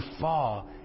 fall